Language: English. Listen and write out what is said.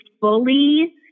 fully